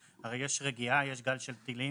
הרי יש רגיעה, יש גל של טילים